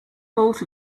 both